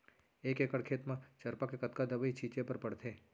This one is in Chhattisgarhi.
एक एकड़ खेत म चरपा के कतना दवई छिंचे बर पड़थे?